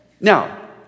Now